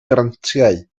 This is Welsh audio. grantiau